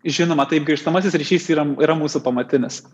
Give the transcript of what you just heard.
žinoma taip grįžtamasis ryšys yra yra mūsų pamatinis